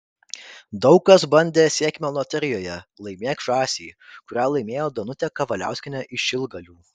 daug kas bandė sėkmę loterijoje laimėk žąsį kurią laimėjo danutė kavaliauskienė iš šilgalių